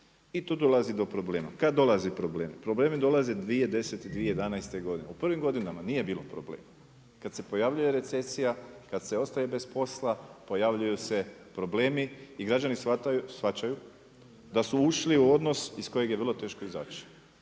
I tu dolazi do problema. Kada dolazi problem? Problemi dolaze 2010., 2011. godine. U prvim godinama nije bilo problema. Kada se pojavljuje recesija, kada se ostaje bez posla, pojavljuju se problemi i građani shvaćaju da su ušli u odnos iz kojeg je vrlo teško izaći.